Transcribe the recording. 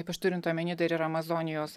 ypač turint omeny dar ir amazonijos